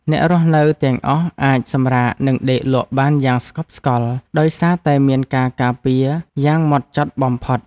អ្នករស់នៅទាំងអស់អាចសម្រាកនិងដេកលក់បានយ៉ាងស្កប់ស្កល់ដោយសារតែមានការការពារយ៉ាងម៉ត់ចត់បំផុត។